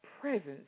presence